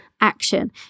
action